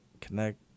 connect